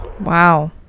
Wow